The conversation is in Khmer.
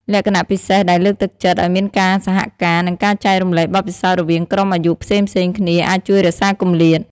លក្ខណៈពិសេសដែលលើកទឹកចិត្តឱ្យមានការសហការ និងការចែករំលែកបទពិសោធន៍រវាងក្រុមអាយុផ្សេងៗគ្នាអាចជួយរក្សាគម្លាត។